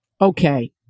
Okay